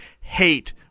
hate